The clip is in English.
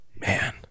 Man